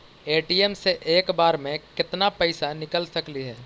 ATM से एक बार मे केत्ना पैसा निकल सकली हे?